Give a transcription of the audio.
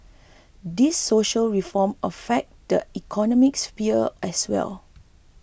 these social reform affect the economic sphere as well